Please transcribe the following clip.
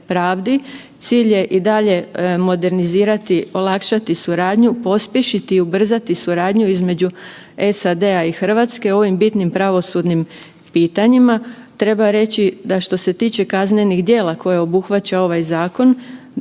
cilj je i dalje modernizirati, olakšati suradnju, pospješiti, ubrzati suradnju između SAD-a i Hrvatske u ovim bitnim pravosudnim pitanjima. Treba reći da što se tiče kaznenih djela koje obuhvaća ovaj zakon,